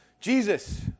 Jesus